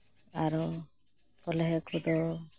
ᱟᱨᱚ ᱠᱚᱞᱦᱮ ᱠᱚᱫᱚ